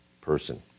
person